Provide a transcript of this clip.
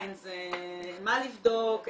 מה לבדוק,